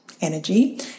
energy